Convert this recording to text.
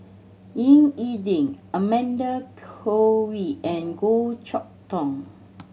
Ying E Ding Amanda Koe Lee and Goh Chok Tong